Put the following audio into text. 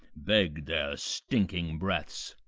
beg their stinking breaths.